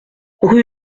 rue